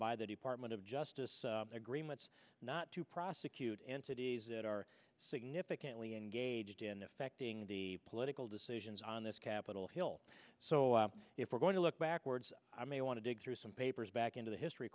by the department of justice agreements not to prosecute entities that are significantly engaged in effecting the political decisions on this capitol hill so if we're going to look backwards i may want to dig through some papers back into history